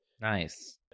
nice